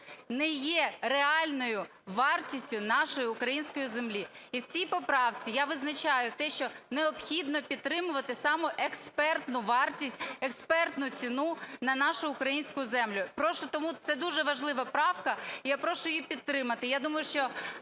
не є реальною вартістю нашої української землі. І в цій поправці я визначаю те, що необхідно підтримувати саме експертну вартість, експертну ціну на нашу ціну. Це дуже важлива правка і я прошу її підтримати.